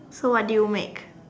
so what did you make